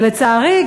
ולצערי,